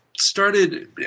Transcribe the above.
started